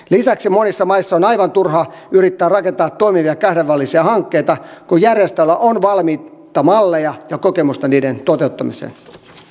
lisäksi monissa maissa on aivan turha yrittää rakentaa toimivia kahdenvälisiä hankkeita kun järjestöillä on valmiita malleja ja kokemusta niiden toteutumista